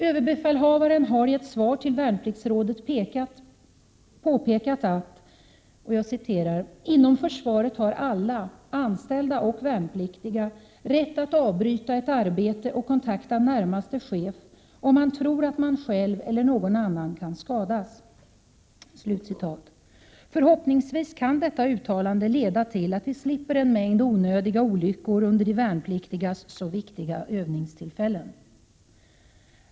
Överbefälhavaren har i ett svar till värnpliktsrådet påpekat: ”Inom försvaret har alla rätt att avbryta ett arbete och kontakta närmaste chef om man tror att man själv eller någon annan kan skadas.” Förhoppningsvis kan detta uttalande leda till att vi slipper en mängd onödiga olyckor under de värnpliktigas så viktiga övningstillfällen.